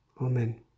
Amen